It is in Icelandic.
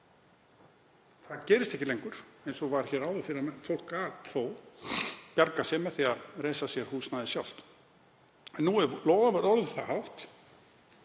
Það gerist ekki lengur eins og var hér áður fyrr að fólk gat þó bjargað sér með því að reisa sér húsnæðið sjálft. Nú er lóðaverð orðið það hátt,